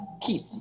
keith